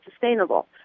sustainable